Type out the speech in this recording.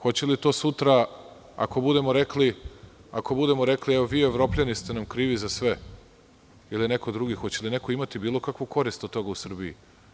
Hoće li to sutra, ako budemo rekli – evo, vi Evropljani ste nam krivi za sve ili neko drugi, neko imati bilo kakvu korist od toga u Srbiji?